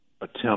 attempt